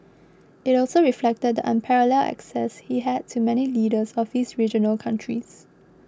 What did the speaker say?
it also reflected the unparalleled access he had to many leaders of these regional countries